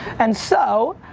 and so